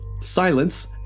Silence